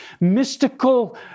mystical